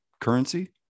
currency